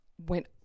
went